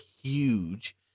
huge